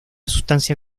sustancia